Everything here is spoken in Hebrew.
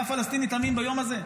היה פלסטיני תמים ביום הזה?